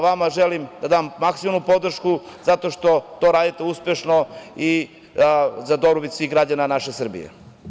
Vama želim da dam maksimalnu podršku zato što to radite uspešno i za dobrobit svih građana naše Srbije.